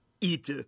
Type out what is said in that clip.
eat